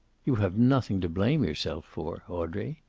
you have nothing to blame yourself for, audrey.